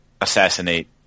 assassinate